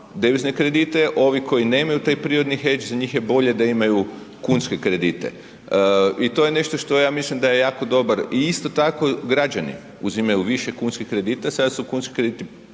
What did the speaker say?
devizne kredite. Ovi koji nemaju taj prirodni hedg za njih je bolje da imaju kunske kredite. I to je nešto što ja mislim da je jako dobar i isto tako građani, uzimaju više kunskih kredita sad su kunski krediti